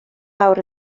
lawr